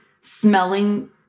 smelling